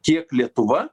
kiek lietuva